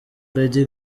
lady